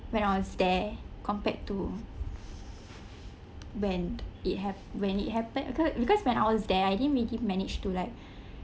when I was there compared to when it ha~ when it happen becau~ because when I was there I didn't really manage to like